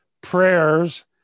prayers